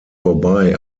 vorbei